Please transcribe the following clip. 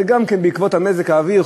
גם זה בעקבות מזג האוויר,